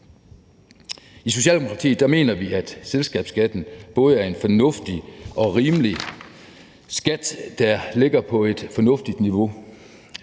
I Socialdemokratiet mener vi, at selskabsskatten er en både fornuftig og rimelig skat, der ligger på et fornuftigt niveau.